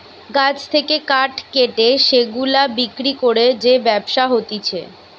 গাছ থেকে কাঠ কেটে সেগুলা বিক্রি করে যে ব্যবসা হতিছে